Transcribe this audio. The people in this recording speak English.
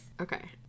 Okay